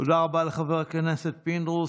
תודה רבה לחבר הכנסת פינדרוס.